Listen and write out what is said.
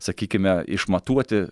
sakykime išmatuoti